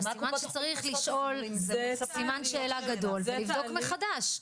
אז סימן שצריך לשים סימן שאלה גדול ולבדוק מחדש.